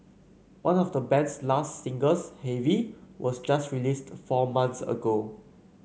one of the band's last singles Heavy was just released four months ago